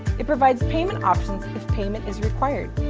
it provides payment options if payment is required,